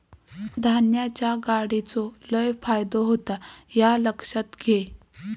धान्याच्या गाडीचो लय फायदो होता ह्या लक्षात घे